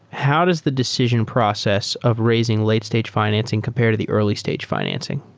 how does the decision process of raising late stage fi nancing compare to the early stage fi nancing?